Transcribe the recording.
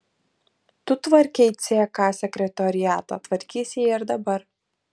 tu tvarkei ck sekretoriatą tvarkysi jį ir dabar